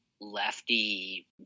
lefty